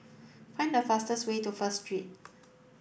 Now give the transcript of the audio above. find the fastest way to First Street